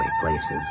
places